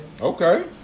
Okay